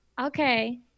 okay